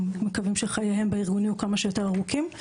ומקווים שחייהם בארגון יהיו כמה שיותר ארוכים.